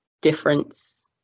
difference